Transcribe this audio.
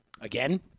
Again